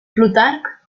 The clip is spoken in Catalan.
plutarc